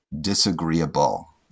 disagreeable